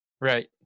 right